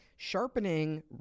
sharpening